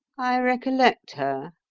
i recollect her,